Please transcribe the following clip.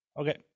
Okay